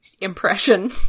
impression